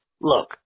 Look